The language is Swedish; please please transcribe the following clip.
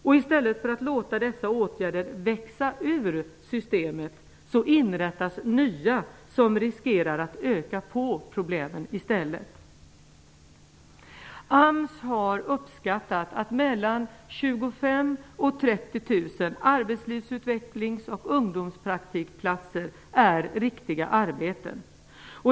Och i stället för att låta dessa åtgärder växa ur systemet inrättar man nya, som riskerar att öka problemen. AMS har uppskattat att mellan 25 000 och 30 000 arbetslivsutvecklings och ungdomspraktikplatser är riktiga arbeten.